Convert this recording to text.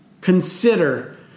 consider